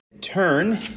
Turn